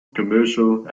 commercial